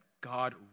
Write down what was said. god